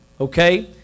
okay